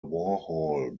warhol